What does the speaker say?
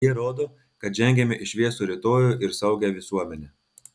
jie rodo kad žengiame į šviesų rytojų ir saugią visuomenę